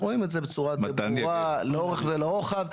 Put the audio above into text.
רואים את זה בצורה די ברורה לאורך ולרוחב,